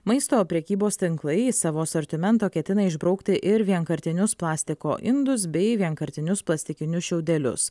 maisto prekybos tinklai iš savo asortimento ketina išbraukti ir vienkartinius plastiko indus bei vienkartinius plastikinius šiaudelius